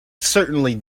certainly